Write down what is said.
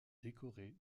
décoré